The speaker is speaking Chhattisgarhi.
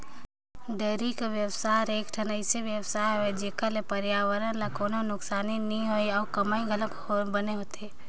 डेयरी कर बेवसाय हर एकठन अइसन बेवसाय हवे जेखर ले परयाबरन ल कोनों नुकसानी नइ होय अउ कमई घलोक बने होथे